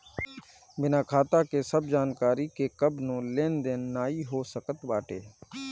बिना खाता के सब जानकरी के कवनो लेन देन नाइ हो सकत बाटे